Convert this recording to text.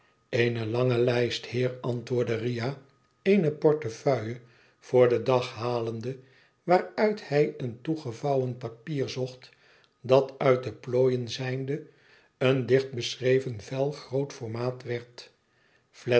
en lange lijst heer antwoordde riah eene portefeuille voor den dag halende waaruit hij een toegevouwen papier zocht dat uit de plooien zijnde een dicht beschreven vel groot formaat werd